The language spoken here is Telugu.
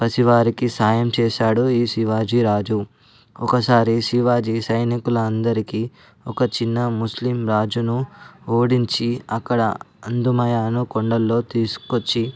పసివారికి సాయం చేసాడు ఈ శివాజీ రాజు ఒకసారి శివాజీ సైనికుల అందరికీ ఒక చిన్న ముస్లిం రాజును ఓడించి అక్కడ అందమైన కొండల్లో తీసుకొచ్చి